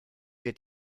wird